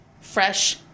fresh